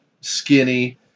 skinny